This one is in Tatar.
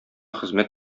хезмәт